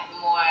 more